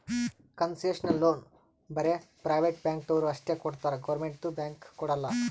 concessional loan ಬರೇ private ಬ್ಯಾಂಕ್ದವ್ರು ಅಷ್ಟೇ ಕೊಡ್ತಾರ್ ಗೌರ್ಮೆಂಟ್ದು ಬ್ಯಾಂಕ್ ಕೊಡಲ್ಲ